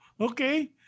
Okay